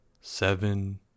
Seven